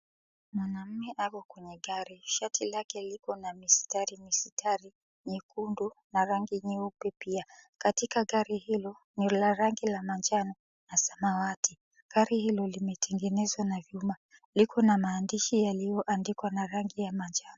Mwanaume ako kwenye gari. Shati lake liko na mistari mistari nyekundu na rangi nyeupe pia. Katika gari hilo ni la rangi la manjano na samawati. Gari hilo limetengenezwa na vyuma. Liko na maandishi yaliyoandikwa na rangi ya manjano.